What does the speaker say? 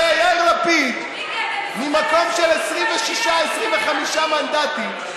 הרי יאיר לפיד ממקום של 26, 25 מנדטים,